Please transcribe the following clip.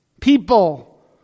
People